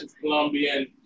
Colombian